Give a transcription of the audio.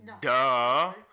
Duh